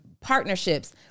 partnerships